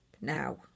Now